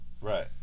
right